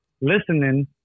listening